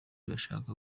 bashaka